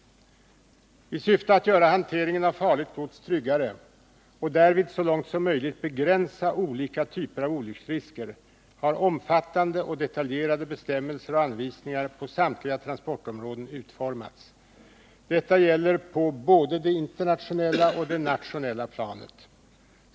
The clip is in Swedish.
I syfte att göra hanteringen av farligt gods tryggare och därvid så långt som möjligt begränsa olika typer av olycksrisker har omfattande och detaljerade bestämmelser och anvisningar på samtliga transportområden utfärdats. Detta gäller både på det internationella och på det nationella planet.